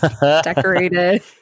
decorated